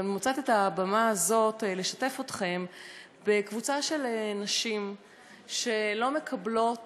ואני מוצאת את הבמה הזאת כדי לשתף אתכם בדבר קבוצה של נשים שלא מקבלות